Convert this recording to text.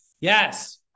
yes